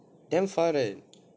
damn far right